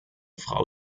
frau